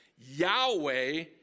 Yahweh